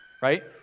right